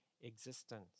existence